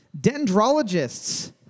Dendrologists